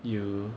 you